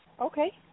Okay